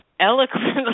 eloquently